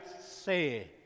say